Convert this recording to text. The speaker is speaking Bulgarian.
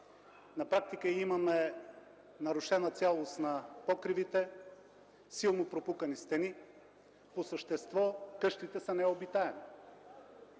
На практика имаме нарушена цялост на покривите, силно пропукани стени, по същество къщите са необитаеми.